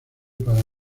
para